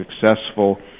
successful